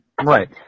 right